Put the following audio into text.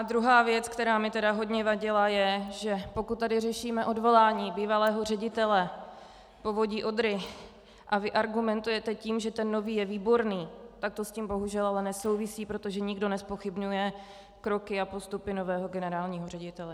Druhá věc, která mi hodně vadila, je, že pokud tu řešíme odvolání bývalého ředitele Povodí Odry a vy argumentujete tím, že nový je výborný, tak to s tím, bohužel, ale nesouvisí, protože nikdo nezpochybňuje kroky a postupy nového generálního ředitele.